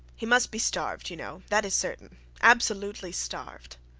he must be starved, you know that is certain absolutely starved.